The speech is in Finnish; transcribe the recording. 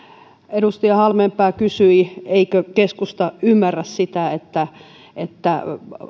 edustaja halmeenpää kysyi eikö keskusta ymmärrä sitä että